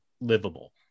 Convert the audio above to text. livable